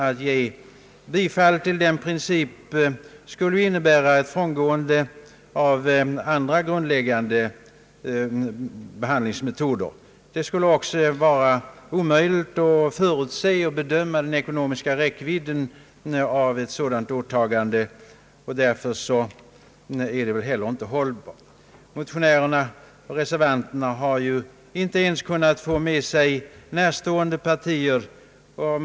Att ge avkall på den principen skulle innebära ett frångående av grundläggande behandlingsmetoden i budgetarbetet. Det skulle också bli omöjligt att förutse och bedöma den ekonomiska räckvidden av ett sådant åtagande, och därför är förslaget inte hållbart. Motionärerna och reservanterna har inte ens kunnat få med sig närstående partier.